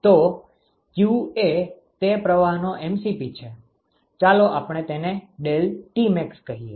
તો Qmax એ તે પ્રવાહનો mCp છે ચાલો આપણે તેને ∆Tmax કહીએ